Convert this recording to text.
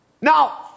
Now